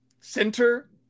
center